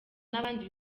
n’abandi